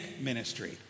ministry